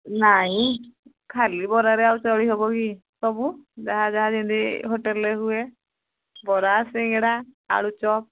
ନାଇଁ ଖାଲି ବରାରେ ଆଉ ଚଳିହବ କି ସବୁ ଯାହା ଯାହା ଯେମିତି ହୋଟେଲରେ ହୁଏ ବରା ସିଙ୍ଗଡ଼ା ଆଳୁଚପ୍